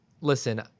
listen